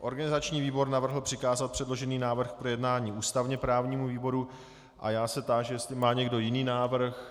Organizační výbor navrhl přikázat předložený návrh k projednání ústavněprávnímu výboru a já se táži, jestli má někdo jiný návrh.